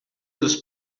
dos